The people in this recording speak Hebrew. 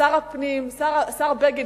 השר בגין,